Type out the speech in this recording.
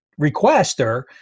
requester